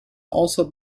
also